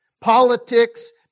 Politics